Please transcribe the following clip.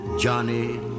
Johnny